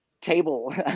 table